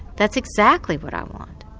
that's exactly what i want.